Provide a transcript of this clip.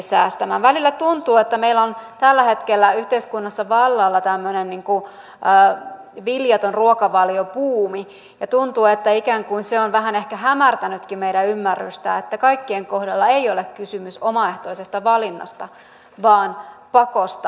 välillä tuntuu että meillä on tällä hetkellä yhteiskunnassa vallalla tämmöinen niin kuin viljaton ruokavaliobuumi ja tuntuu että ikään kuin se on vähän ehkä hämärtänytkin meidän ymmärrystämme siitä että kaikkien kohdalla ei ole kysymys omaehtoisesta valinnasta vaan pakosta